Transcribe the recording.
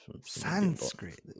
Sanskrit